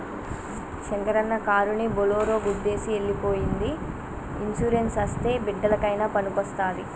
శంకరన్న కారుని బోలోరో గుద్దేసి ఎల్లి పోయ్యింది ఇన్సూరెన్స్ అస్తే బిడ్డలకయినా పనికొస్తాది